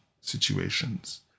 situations